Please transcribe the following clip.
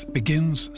begins